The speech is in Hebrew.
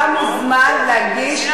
אתה מוזמן להגיש,